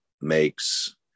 makes